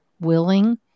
willing